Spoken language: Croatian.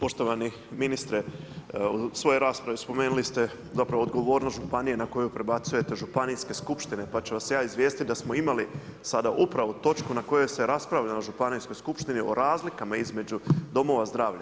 Poštovani ministre, u svojoj raspravi spomenuli ste zapravo odgovornost županija na koju prebacujete županijske skupštine pa ću vas ja izvijestiti da smo imali sada upravo točku na kojoj se raspravljalo na županijskoj skupštini o razlikama između domova zdravlja.